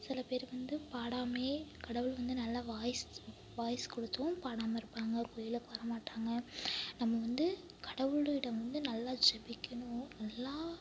சில பேர் வந்து பாடாமலேயே கடவுள் வந்து நல்ல வாய்ஸ் வாய்ஸ் கொடுத்தும் பாடாம இருப்பாங்க உள்ள பாடமாட்டாங்க நம்ம வந்து கடவுளிடம் வந்து நல்லா ஜெபிக்கணும் எல்லாம்